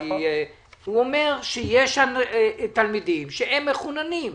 הוא אומר שיש שם תלמידים שהם מחוננים.